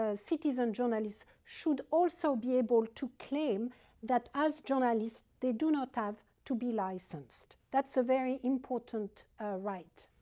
ah citizen journalists, should also be able to claim that as journalists, they do not have to be licensed. that's a very important ah right.